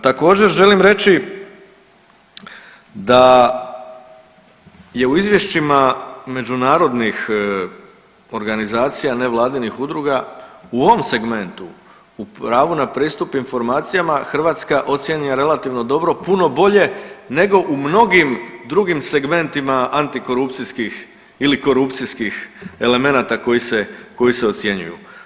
Također, želim reći da je u izvješćima međunarodnih organizacija, nevladinih udruga u ovom segmentu u pravu na pristup informacijama Hrvatska ocijenjena relativno dobro, puno bolje nego u mnogim drugim segmentima antikorupcijskih ili korupcijskih elemenata koji se ocjenjuju.